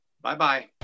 Bye-bye